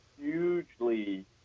hugely